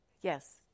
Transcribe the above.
Yes